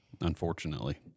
Unfortunately